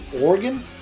Oregon